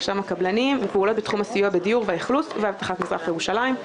רשם הקבלנים ופעולות בתחום הסיוע בדיור והאכלוס ואבטחת מזרח ירושלים.